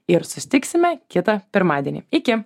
ir susitiksime kitą pirmadienį iki